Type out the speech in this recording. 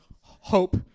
Hope